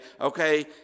okay